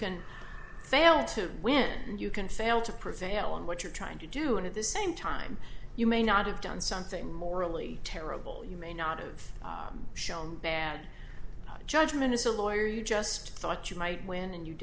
can fail to win and you can fail to prevail in what you're trying to do and at the same time you may not have done something morally terrible you may not of shown bad judgment as a lawyer you just thought you might win and you